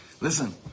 Listen